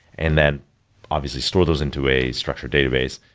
and then obviously store those into a structured database.